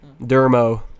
Dermo